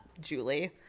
Julie